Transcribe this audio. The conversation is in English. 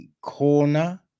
Corner